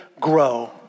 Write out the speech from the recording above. grow